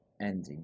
ending